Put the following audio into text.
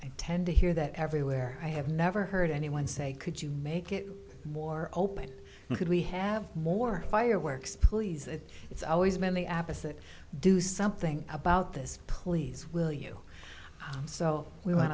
i tend to hear that everywhere i have never heard anyone say could you make it more open could we have more fireworks please that it's always been the opposite do something about this please will you so we want